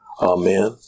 Amen